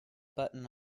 button